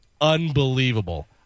unbelievable